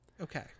Okay